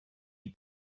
meet